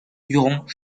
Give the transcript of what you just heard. durant